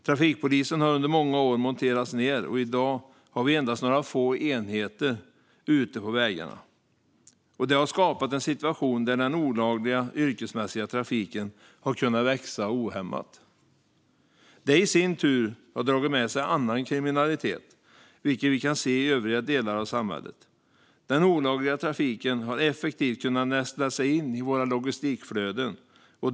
Trafikpolisen har under många år monterats ned, och i dag har vi endast några få enheter ute på vägarna. Det har skapat en situation där den olagliga yrkesmässiga trafiken har kunnat växa ohämmat. Detta har i sin tur dragit med sig annan kriminalitet, vilket vi kan se i övriga delar i samhället. Den olagliga trafiken har effektivt kunnat nästla sig in i våra logistikflöden.